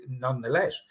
nonetheless